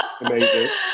amazing